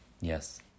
Yes